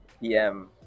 PM